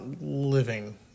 living